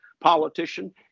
Politician